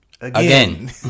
again